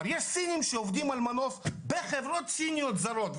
יש סינים שעובדים על מנוף בחברות סיניות זרות.